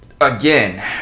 again